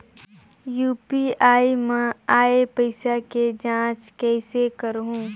UPI मा आय पइसा के जांच कइसे करहूं?